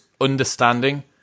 understanding